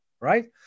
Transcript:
Right